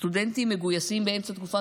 סטודנטים מגויסים למילואים באמצע תקופת